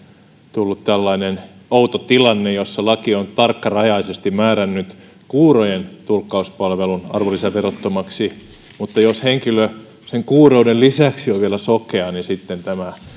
tullut tällainen outo tilanne jossa laki on tarkkarajaisesti määrännyt kuurojen tulkkauspalvelun arvonlisäverottomaksi mutta jos henkilö sen kuurouden lisäksi on vielä sokea niin sitten tämä